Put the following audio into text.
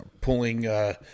pulling –